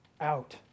out